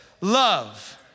love